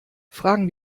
fragen